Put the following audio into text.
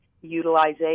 utilization